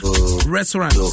restaurant